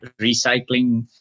recycling